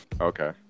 Okay